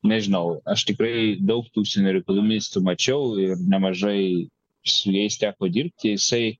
nežinau aš tikrai daug užsienio reikalų ministrų mačiau nemažai su jais teko dirbti jisai